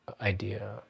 idea